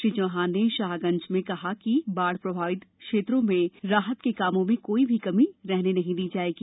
श्री चौहान ने शाहगंज में कहा कि बाढ़ प्रभावित क्षेत्रों में राहत के कामों में कोई कमी नहीं रहने दी जाएगी